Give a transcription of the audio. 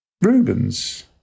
Rubens